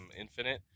Infinite